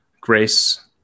Grace